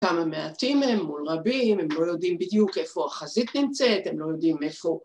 ‫כמה מעטים הם מול רבים, ‫הם לא יודעים בדיוק איפה החזית נמצאת, ‫הם לא יודעים איפה...